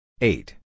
eight